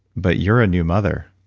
but you're a new mother.